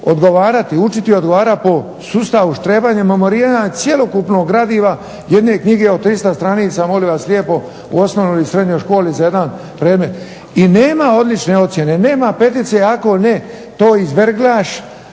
odgovarati učiti odgovarati po sustavu štrebanja memoriranja cjelokupnog gradiva jedne knjige od 300 stranica molim vas lijepo u osnovnoj ili srednjoj školi za jedan predmet. I nema odlične ocjene, nema petice ako to ne "izverglaš"